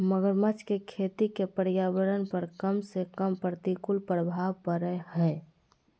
मगरमच्छ के खेती के पर्यावरण पर कम से कम प्रतिकूल प्रभाव पड़य हइ